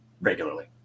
regularly